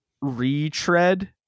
retread